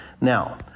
Now